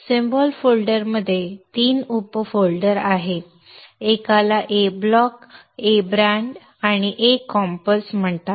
प्रतीक फोल्डरमध्ये तीन उप फोल्डर आहेत एकाला ए ब्लॉक ए बाँड आणि ए कॉम्प्स म्हणतात